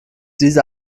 diese